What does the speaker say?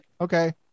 Okay